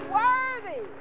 worthy